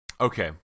Okay